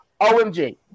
OMG